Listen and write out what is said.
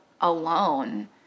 alone